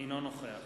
אינו נוכח